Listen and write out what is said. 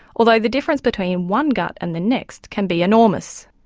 although the difference between one gut and the next can be enormous.